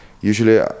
usually